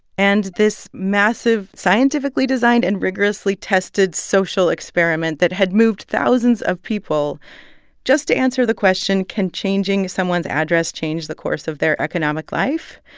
and this massive, scientifically designed and rigorously tested social experiment that had moved thousands of people just to answer the question can changing someone's address changed the course of their economic life?